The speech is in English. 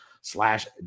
slash